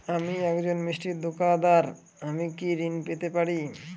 আমি একজন মিষ্টির দোকাদার আমি কি ঋণ পেতে পারি?